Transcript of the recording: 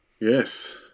Yes